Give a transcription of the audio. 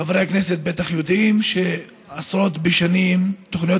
חברי הכנסת בטח יודעים שעשרות בשנים תוכניות